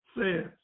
says